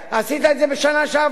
עשית את זה בשנה שעברה.